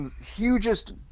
hugest